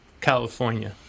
California